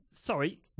Sorry